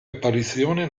apparizione